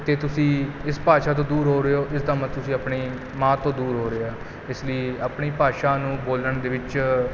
ਅਤੇ ਤੁਸੀਂ ਇਸ ਭਾਸ਼ਾ ਤੋਂ ਦੂਰ ਹੋ ਰਹੇ ਹੋ ਇਸ ਦਾ ਮਤਲਬ ਤੁਸੀਂ ਆਪਣੀ ਮਾਂ ਤੋਂ ਦੂਰ ਹੋ ਰਹੇ ਹੋ ਇਸ ਲਈ ਆਪਣੀ ਭਾਸ਼ਾ ਨੂੰ ਬੋਲਣ ਦੇ ਵਿੱਚ